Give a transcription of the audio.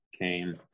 came